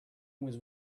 was